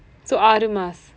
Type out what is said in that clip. so ஆறு:aaru mask